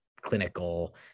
clinical